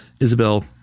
Isabel